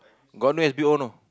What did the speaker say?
got new S_B_O no